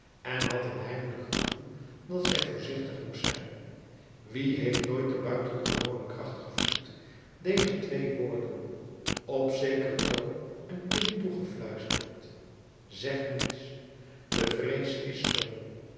en had een heimelijk gevoel dat zij voorzichtig moest zijn wie heeft nooit de buitengewone kracht gevoeld dezer twee woorden op zekeren toon een kind toegefluisterd zeg niets de vrees is stom